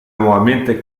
nuovamente